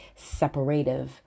separative